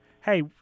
Hey